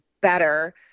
better